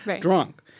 drunk